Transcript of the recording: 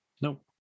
Nope